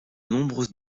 nombreuses